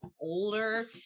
older